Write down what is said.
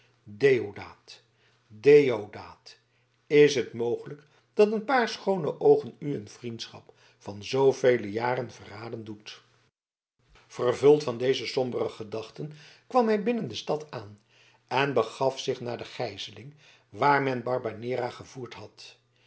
deodaat deodaat is het mogelijk dat een paar schoone oogen u een vriendschap van zoovele jaren verraden doet vervuld van deze sombere gedachten kwam hij binnen de stad aan en begaf zich naar de gijzeling waar men barbanera gevoerd had